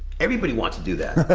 everybody wants to do that.